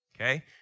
Okay